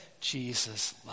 Jesus